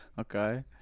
Okay